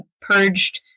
purged